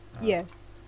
yes